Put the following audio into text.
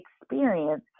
experience